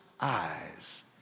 eyes